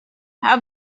how